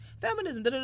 feminism